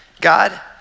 God